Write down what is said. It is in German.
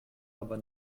aber